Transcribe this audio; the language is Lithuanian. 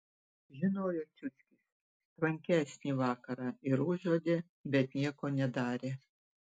žinojo ciuckis tvankesnį vakarą ir užuodė bet nieko nedarė